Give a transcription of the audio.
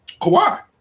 Kawhi